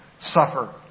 suffer